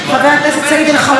חבר הכנסת סעיד אלחרומי,